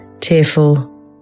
tearful